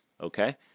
Okay